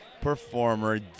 performer